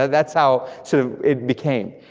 that's how so it became.